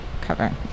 Cover